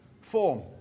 form